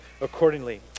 accordingly